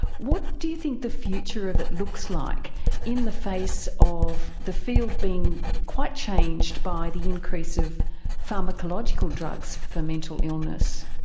what do you think the future of it looks like in the face of the field being quite changed by the increase of pharmacological drugs for mental illness?